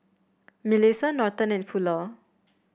Milissa Norton and Fuller